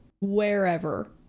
wherever